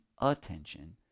attention